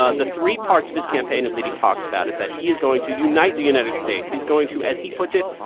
ah the three parts of his campaign that he talks about is that he is going to unite the united states. he's going to, as he puts it,